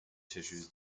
tissues